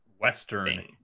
Western